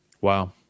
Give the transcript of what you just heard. Wow